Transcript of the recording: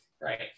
Right